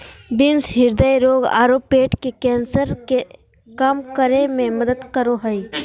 beans हृदय रोग आरो पेट के कैंसर के कम करे में मदद करो हइ